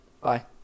Bye